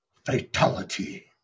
Fatality